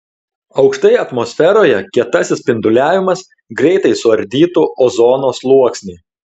aukštai atmosferoje kietasis spinduliavimas greitai suardytų ozono sluoksnį